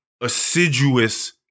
assiduous